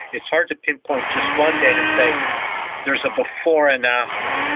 it's hard to pinpoint just one date and say there's a before and after.